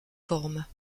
formes